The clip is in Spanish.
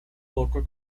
poco